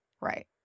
Right